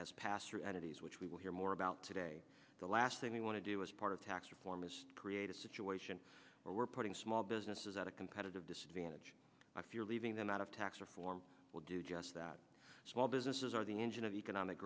entities which we will hear more about today the last thing we want to do as part of tax reform is create a situation where we're putting small businesses at a competitive disadvantage if you're leaving them out of tax reform will do just that small businesses are the engine of economic